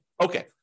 Okay